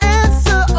answer